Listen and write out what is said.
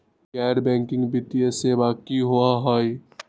गैर बैकिंग वित्तीय सेवा की होअ हई?